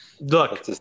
Look